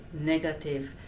negative